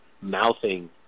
mouthing